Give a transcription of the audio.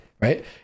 right